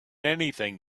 anything